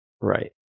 Right